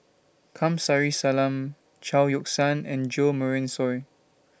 Kamsari Salam Chao Yoke San and Jo Marion Seow